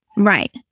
Right